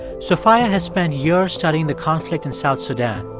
sophia has spent years studying the conflict in south sudan.